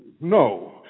no